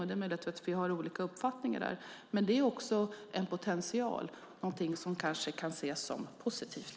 Det är möjligt att vi har olika uppfattning om det, men det är en potential och något som kanske kan ses som positivt.